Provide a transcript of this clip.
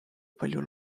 palju